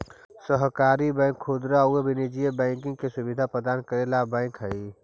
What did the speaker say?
सहकारी बैंक खुदरा आउ वाणिज्यिक बैंकिंग के सुविधा प्रदान करे वाला बैंक हइ